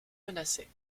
menacée